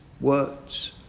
words